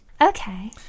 Okay